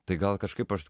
tai gal kažkaip aš